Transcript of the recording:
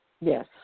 Yes